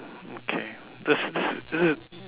okay that's this this